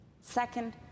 Second